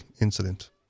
incident